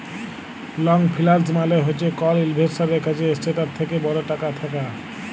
long finance মালে হছে কল ইল্ভেস্টারের কাছে এসেটটার থ্যাকে বড় টাকা থ্যাকা